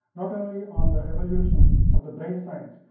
not only on the evolution of the brain science,